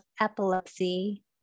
Epilepsy